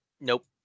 Nope